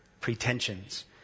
pretensions